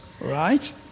right